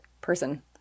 person